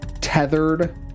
tethered